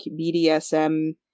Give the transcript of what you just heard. BDSM